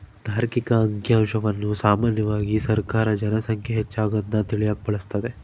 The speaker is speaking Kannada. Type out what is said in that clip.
ತಾರ್ಕಿಕ ಅಂಕಿಅಂಶವನ್ನ ಸಾಮಾನ್ಯವಾಗಿ ಸರ್ಕಾರ ಜನ ಸಂಖ್ಯೆ ಹೆಚ್ಚಾಗದ್ನ ತಿಳಿಯಕ ಬಳಸ್ತದೆ